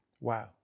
Wow